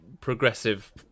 progressive